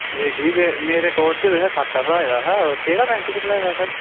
जी जी मेरे अकाउंट च तुसें खाता खलाए दा हा केह्ड़े बैंक च खलाए दा सर